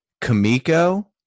Kamiko